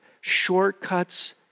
Shortcuts